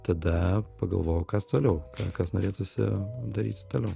tada pagalvojau kas toliau ten kas norėtųsi daryti toliau